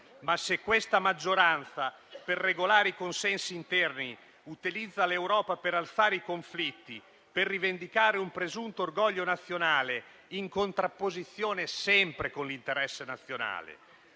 Ma, se questa maggioranza, per regolare i consensi interni, utilizza l'Europa per alzare i conflitti, per rivendicare un presunto orgoglio nazionale, in contrapposizione sempre con l'interesse nazionale,